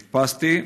נתפסתי,